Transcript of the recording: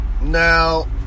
Now